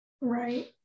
Right